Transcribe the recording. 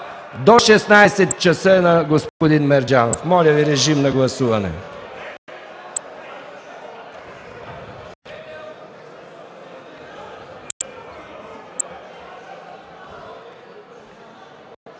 До 16,00 часа, господин Мерджанов. Моля, режим на гласуване.